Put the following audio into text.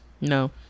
No